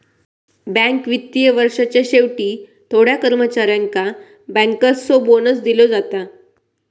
bank वित्तीय वर्षाच्या शेवटी थोड्या कर्मचाऱ्यांका बँकर्सचो बोनस दिलो जाता